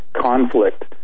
conflict